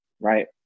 right